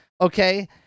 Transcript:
okay